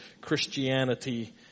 Christianity